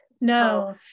No